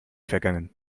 vergangen